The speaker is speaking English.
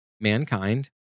mankind